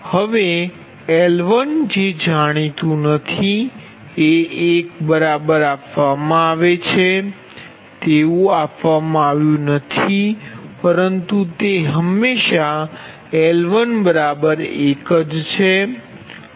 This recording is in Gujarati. હવે L1જે જાણીતું નથી એ એક બરાબર આપવામાં આવે છે તેવું આપવામાં આવ્યું નથી પરંતુ તે હંમેશા L11 છે